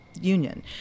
Union